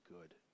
good